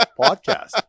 podcast